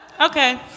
Okay